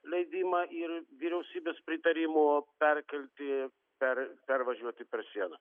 leidimą ir vyriausybės pritarimo perkelti per pervažiuoti per sieną